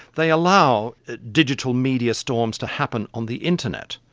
they allow digital media storms to happen on the internet.